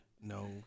No